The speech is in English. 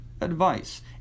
advice